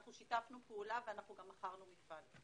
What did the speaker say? אנחנו שיתפנו פעולה ומכרנו מפעל.